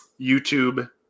YouTube